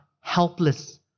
helpless